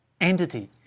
entity